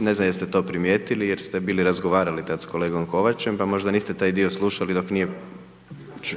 ne znam jeste to primijetili, jer ste bili razgovarali tada s kolegom Kovačem, pa niste taj dio slušali,